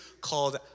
called